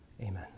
Amen